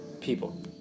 People